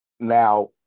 Now